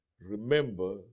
Remember